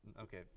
okay